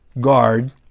guard